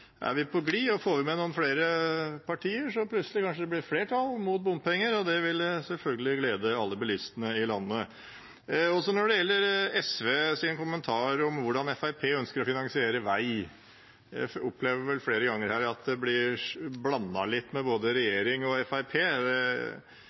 er vi på glid, og får vi med noen flere partier, blir det plutselig kanskje flertall mot bompenger, og det ville selvfølgelig glede alle bilistene i landet. Til SVs kommentar om hvordan Fremskrittspartiet ønsker å finansiere vei: Jeg opplever vel flere ganger at regjering og Fremskrittspartiet blir blandet litt.